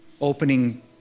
opening